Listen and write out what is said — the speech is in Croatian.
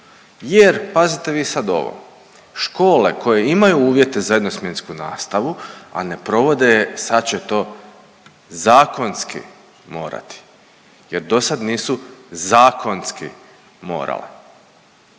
jer pazite vi sad ovo škole koje imaju uvjete za jednosmjensku nastavu, a ne provode je sad će to zakonski morati jer do sad nisu zakonski morale.